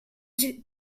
save